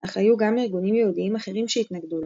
אך היו גם ארגונים יהודיים אחרים שהתנגדו לו.